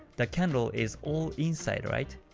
the candle is all inside, right?